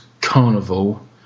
carnival